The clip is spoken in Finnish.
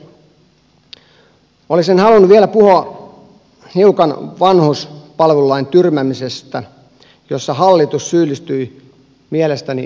olisin halunnut vielä puhua hiukan vanhuspalvelulain tyrmäämisestä jossa hallitus syyllistyi mielestäni vastuun pakoiluun